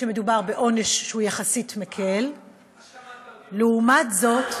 כתם שחור על הצבא.